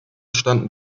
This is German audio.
standen